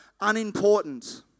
unimportant